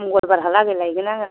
मंगलबाराहालागै लायगोन आङो